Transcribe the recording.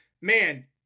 man